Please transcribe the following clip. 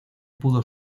pudo